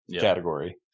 category